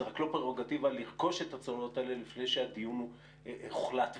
זה רק לא פררוגטיבה לרכוש את הצוללות האלה לפני שהדיון הוחלט ונחתם,